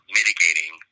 mitigating